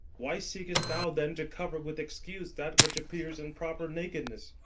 why seek'st thou then to cover with excuse that which appears in proper nakedness?